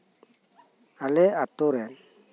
ᱟᱞᱮ ᱟᱛᱳ ᱨᱮᱱ